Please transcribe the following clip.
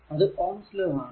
അത് Ohm's law ആണ്